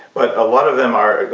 but a lot of them are going,